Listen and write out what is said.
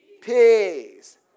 Peace